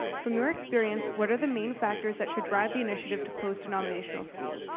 from your experience, what are the main factors that should drive the initiative to close denominational schools?